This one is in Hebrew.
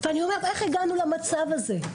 ואני חושבת לעצמי איך הגענו למצב הזה?